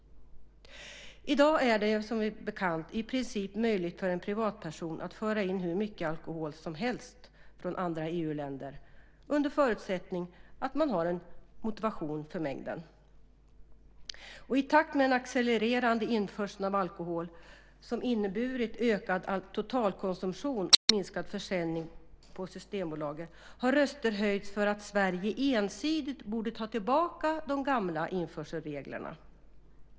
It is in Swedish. I dag är det som bekant i princip möjligt för en privatperson att föra in hur mycket alkohol som helst från andra EU-länder under förutsättning att man har en motivering för mängden. I takt med den accelererande införseln av alkohol, som inneburit ökad totalkonsumtion och minskad försäljning på Systembolaget, har röster höjts för att Sverige ensidigt borde ta tillbaka de gamla införselreglerna.